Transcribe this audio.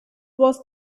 was